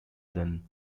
than